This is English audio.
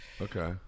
Okay